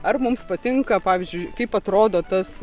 ar mums patinka pavyzdžiui kaip atrodo tas